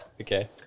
okay